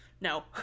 No